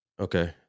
okay